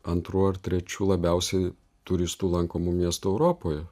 antru ar trečiu labiausiai turistų lankomu miestu europoje